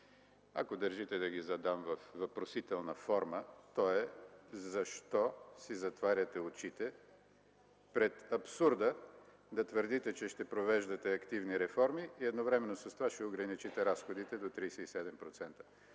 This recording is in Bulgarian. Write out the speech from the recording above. Ако държите да ги задам във въпросителна форма, то е: защо си затваряте очите пред абсурда да твърдите, че ще провеждате активни реформи и едновременно с това ще ограничите разходите до 37%?